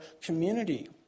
community